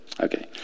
okay